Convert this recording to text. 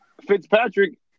Fitzpatrick